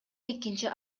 экинчи